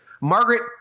Margaret